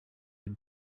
had